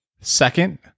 Second